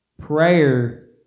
Prayer